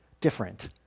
different